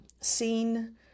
seen